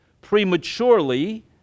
prematurely